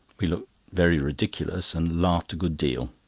we looked very ridiculous, and laughed a good deal.